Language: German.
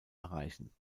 erreichen